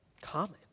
Common